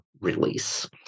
release